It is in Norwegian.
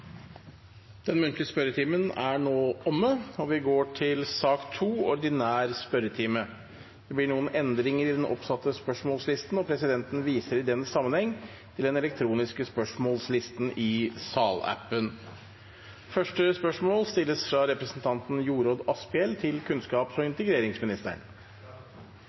Den muntlige spørretimen er nå omme. Det blir noen endringer i den oppsatte spørsmålslisten, og presidenten viser i den sammenheng til den elektroniske spørsmålslisten i salappen. Endringene var som følger: Spørsmål 12, fra representanten Sigbjørn Gjelsvik til klima- og